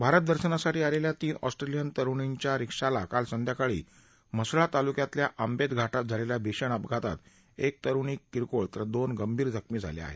भारत दर्शनासाठी आलेल्या तीन ऑस्ट्रेलियन तरूणीच्या रिक्षाला काल संध्याकाळी म्हसळा तालुक्यातील आंबेत घाटात झालेल्या भीषण अपघातात एक तरूणी किरकोळ तर दोन गंभीर जखमी झाल्या आहेत